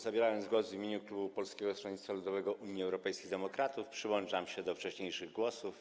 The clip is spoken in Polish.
Zabierając głos w imieniu klubu Polskiego Stronnictwa Ludowego - Unii Europejskich Demokratów, przyłączam się do wcześniejszych wypowiedzi.